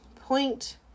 point